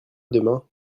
demain